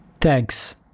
thanks